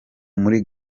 muri